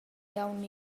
iawn